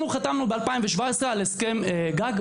אנחנו חתמנו ב-2017 על הסכם-גג,